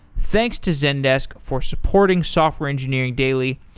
thanks to zendesk for supporting software engineering daily,